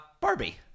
Barbie